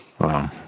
Wow